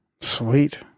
Sweet